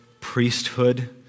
priesthood